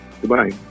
Goodbye